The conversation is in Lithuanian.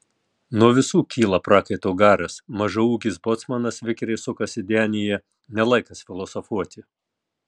nuo visų kyla prakaito garas mažaūgis bocmanas vikriai sukasi denyje ne laikas filosofuoti